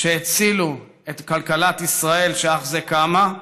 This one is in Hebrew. שהצילו את כלכלת ישראל, שאך זה קמה,